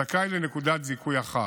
יהיה זכאי לנקודת זיכוי אחת.